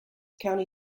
county